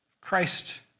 Christ